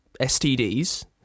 STDs